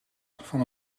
van